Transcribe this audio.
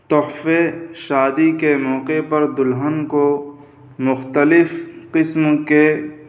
تحفے شادی کے موقع پر دلہن کو مختلف قسم کے